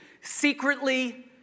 secretly